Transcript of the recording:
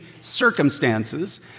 circumstances